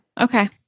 Okay